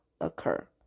occur